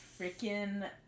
Freaking